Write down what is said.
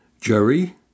Jerry